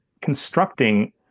constructing